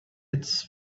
its